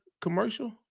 commercial